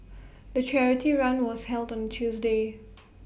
the charity run was held on Tuesday